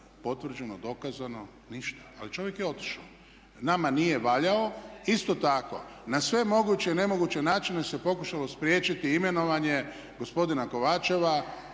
potvrđeno, dokazano? Ništa, ali čovjek je otišao. Nama nije valjao. Isto tako na sve moguće i nemoguće načine se pokušalo spriječiti imenovanje gospodina Kovačeva